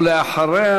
ולאחריה,